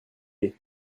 les